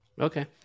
okay